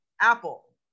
Apple